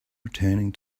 returning